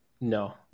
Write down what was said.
No